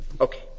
Okay